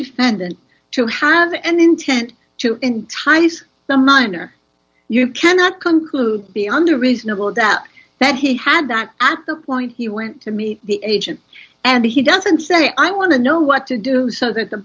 defendant to have an intent to entice the minor you cannot conclude be under reasonable doubt that he had that at the point he went to meet the agent and he doesn't say i want to know what to do so that the